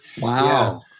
Wow